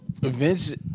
Vince